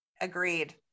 Agreed